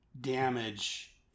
damage